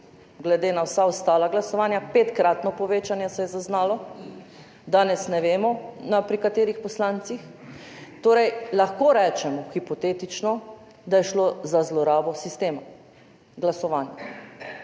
glede na vsa ostala glasovanja, petkratno povečanje se je zaznalo, danes ne vemo, pri katerih poslancih. Torej lahko rečemo, hipotetično, da je šlo za zlorabo sistema glasovanja.